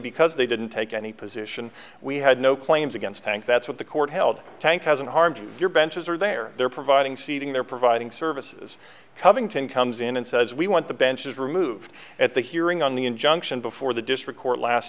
because they didn't take any position we had no claims against bank that's what the court held tank hasn't harmed your benches or their they're providing seating they're providing services covington comes in and says we want the benches removed at the hearing on the injunction before the district court last